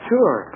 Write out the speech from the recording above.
Sure